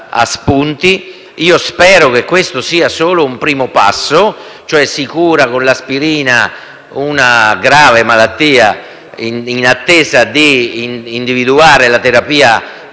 Io spero che questo sia solo un primo passo, nel senso che si cura con l'aspirina una grave malattia in attesa di individuare, magari,